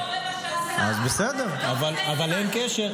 לא --- השר --- אז בסדר, אבל אין קשר.